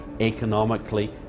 economically